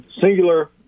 singular